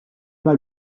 pas